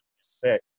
sick